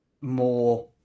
more